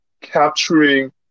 capturing